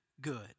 good